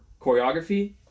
choreography